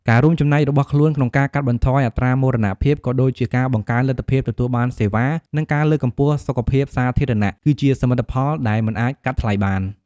ការរួមចំណែករបស់ខ្លួនក្នុងការកាត់បន្ថយអត្រាមរណភាព ក៏ដូចជាការបង្កើនលទ្ធភាពទទួលបានសេវា និងការលើកកម្ពស់សុខភាពសាធារណៈ គឺជាសមិទ្ធផលដែលមិនអាចកាត់ថ្លៃបាន។